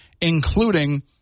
including